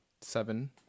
seven